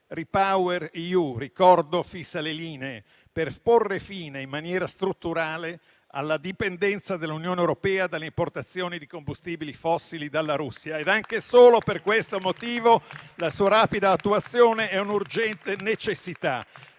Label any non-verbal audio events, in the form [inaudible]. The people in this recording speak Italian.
REPowerEU fissa le linee per porre fine in maniera strutturale alla dipendenza dell'Unione europea dall'importazione di combustibili fossili dalla Russia [applause] e anche solo per questo motivo la sua rapida attuazione è un'urgente necessità